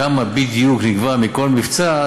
כמה בדיוק נגבה בכל מבצע,